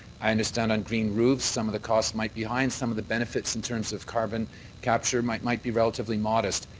i understand on green roofs some of the costs might be high and some of the benefits in terms of carbon capture might might be relatively modest.